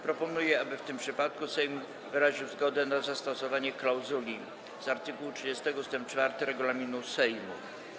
Proponuję, aby w tym przypadku Sejm wyraził zgodę na zastosowanie klauzuli z art. 30 ust. 4 regulaminu Sejmu.